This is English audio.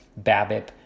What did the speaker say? BABIP